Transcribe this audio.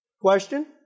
Question